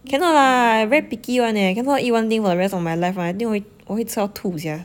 cannot lah I very picky [one] eh I cannot eat one thing for the rest of my life [one] I think 会我会吃到吐 sia